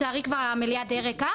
לצערי המליאה כבר